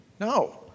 No